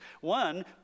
One